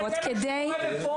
אבל זה מה שקורה בפועל.